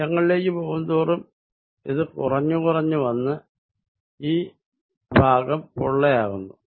വശങ്ങളിലേക്ക് പോകുന്തോറും ഇത് കുറഞ്ഞു വന്ന് ഈ ഭാഗം പൊള്ള യാകുന്നു